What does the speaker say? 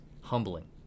humbling